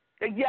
Yes